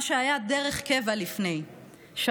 מה שהיה דרך קבע לפני כן.